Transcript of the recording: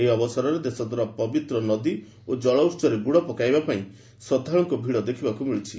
ଏହି ଅବସରରେ ଦେଶର ପବିତ୍ର ନଦୀ ଓ କଳଉହରେ ବୁଡ଼ ପକାଇବାପାଇଁ ଶ୍ରଦ୍ଧାଳୁଙ୍କ ଭିଡ଼ ଦେଖିବାକୃ ମିଳିଛି